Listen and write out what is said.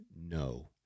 no